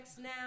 now